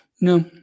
No